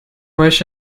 wish